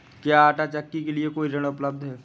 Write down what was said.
क्या आंटा चक्की के लिए कोई ऋण उपलब्ध है?